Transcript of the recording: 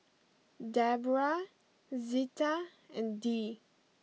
Deborah Zita and Dee